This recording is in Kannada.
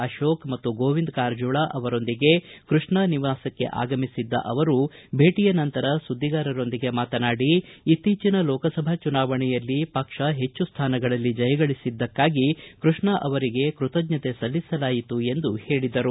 ಅಶೋಕ್ ಮತ್ತು ಗೋವಿಂದ ಕಾರಜೋಳ ಅವರೊಂದಿಗೆ ಕೃಷ್ಣ ಅವರ ನಿವಾಸಕ್ಕೆ ಆಗಮಿಸಿದ್ದ ಅವರು ಭೇಟಿಯ ನಂತರ ಸುದ್ದಿಗಾರರೊಂದಿಗೆ ಮಾತನಾಡಿ ಇತ್ತೀಚಿನ ಲೋಕಸಭಾ ಚುನಾವಣೆಯಲ್ಲಿ ಪಕ್ಷ ಹೆಚ್ಚು ಸ್ಥಾನಗಳಲ್ಲಿ ಜಯಗಳಿಸಿದ್ದಕ್ಕಾಗಿ ಕೃಷ್ಣ ಅವರಿಗೆ ಕೃತಜ್ಞತೆ ಸಲ್ಲಿಸಲಾಯಿತು ಎಂದು ಹೇಳಿದರು